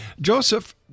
joseph